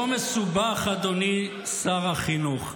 לא מסובך, אדוני שר החינוך: